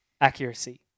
accuracy